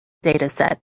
dataset